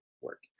work